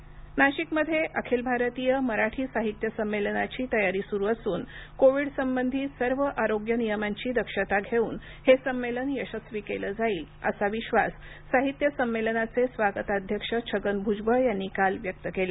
साहित्य संमेलन नाशिकमध्ये अखिल भारतीय मराठी साहित्य संमेलनाची तयारी सुरु असून कोविडसंबंधी सर्व आरोग्य नियमांची दक्षता घेऊन हे संमेलन यशस्वी केले जाईल असा विश्वास साहित्य संमेलनाचे स्वागताध्यक्ष छगन भूजबळ यांनी काल व्यक्त केला